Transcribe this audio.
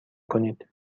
کنید